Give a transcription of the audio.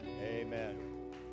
Amen